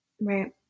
right